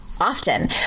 Often